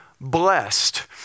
blessed